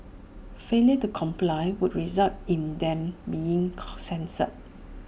failure to comply would result in them being censured